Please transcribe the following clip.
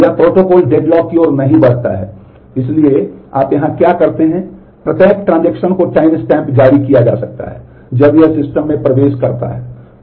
यह protocol deadlock की ओर नहीं बढ़ता है इसलिए आप यहां क्या करते हैं प्रत्येक ट्रांजेक्शन को टाइमस्टैम्प जारी किया जाता है जब यह सिस्टम में प्रवेश करता है